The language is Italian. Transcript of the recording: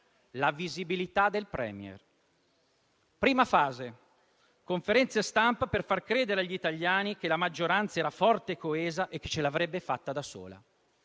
la visibilità del *Premier*. Prima fase: conferenze stampa per far credere agli italiani che la maggioranza fosse forte e coesa e che ce l'avrebbe fatta da sola.